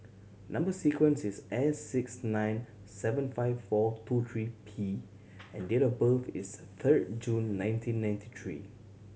number sequence is S six nine seven five four two three P and date of birth is thord June nineteen ninety three